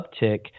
uptick